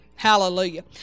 Hallelujah